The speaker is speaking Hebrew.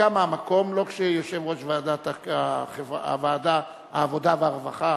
הנמקה מהמקום, לא כיושב-ראש ועדת העבודה הרווחה